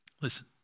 Listen